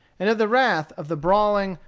and of the wrath of the brawling,